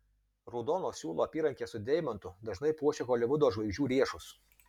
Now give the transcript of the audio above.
raudono siūlo apyrankė su deimantu dažnai puošia holivudo žvaigždžių riešus